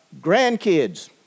grandkids